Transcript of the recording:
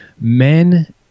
Men